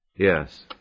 Yes